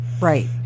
Right